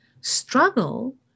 struggle